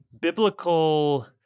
biblical